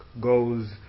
goes